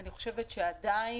אני חושבת שעדיין,